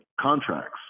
contracts